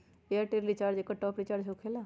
Airtel recharge एकर top off recharge होकेला?